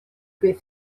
beth